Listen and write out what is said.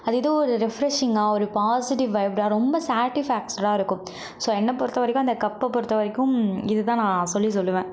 அது ஏதோ ஒரு ரெஃப்ரெஷிங்காக ஒரு பாசிட்டிவ் வைப்டா ரொம்ப சாட்டிஃபாக்ஸ்டா இருக்கும் ஸோ என்ன பொருத்த வரைக்கும் அந்த கப்பை பொருத்த வரைக்கும் இதுதான் நான் சொல்லி சொல்லுவேன்